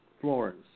Florence